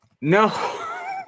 No